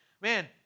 man